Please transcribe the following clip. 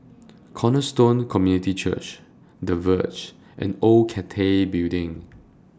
Cornerstone Community Church The Verge and Old Cathay Building